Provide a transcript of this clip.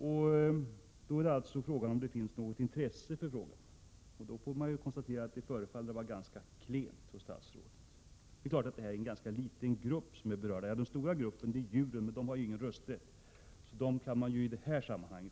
Då handlar det om huruvida det finns något intresse för frågan. Det intresset förefaller att vara ganska klent hos statsrådet. Det är naturligtvis en liten grupp som berörs av denna fråga. Den stora gruppen är djuren, men de har ju inte någon rösträtt.